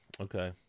okay